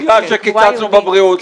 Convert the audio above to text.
בגלל שקיצצנו בבריאות,